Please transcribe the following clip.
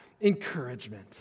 encouragement